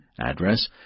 address